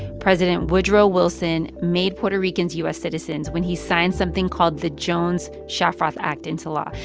president woodrow wilson made puerto ricans u s. citizens when he signed something called the jones-shafroth act into law.